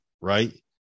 right